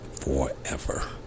forever